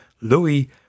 Louis